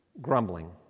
grumbling